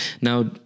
Now